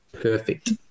Perfect